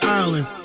island